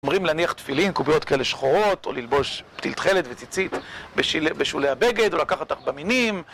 אומרים להניח תפילין, קוביות כאלה שחורות, או ללבוש פתיל תכלת וציצית בשולי הבגד, או לקחת ארבע מינים.